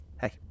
hey